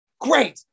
Great